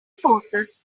forces